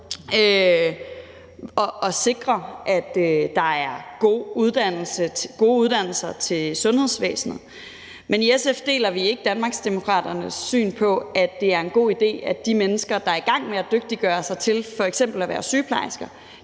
at sikre, at der er gode uddannelser rettet mod sundhedsvæsenet, men i SF deler vi ikke Danmarksdemokraternes synspunkt om, at det er en god idé, at de mennesker, der er i gang med at dygtiggøre sig til f.eks. at være sygeplejersker,